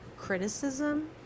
criticism